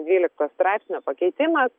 dvylikto straipsnio pakeitimas